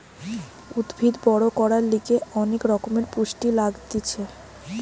উদ্ভিদ বড় করার লিগে অনেক রকমের পুষ্টি লাগতিছে